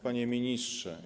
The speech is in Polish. Panie Ministrze!